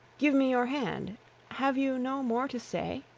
give me your hand have you no more to say?